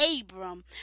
Abram